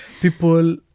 people